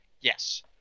Yes